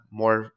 more